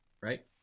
right